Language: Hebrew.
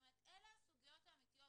אלה הסוגיות האמיתיות,